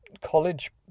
college